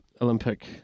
Olympic